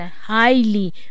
highly